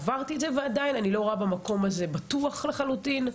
אני לא חושבת שהמקום הזה בטוח לחלוטין.